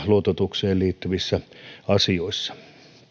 luototukseen liittyvissä asioissa